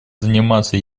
заниматься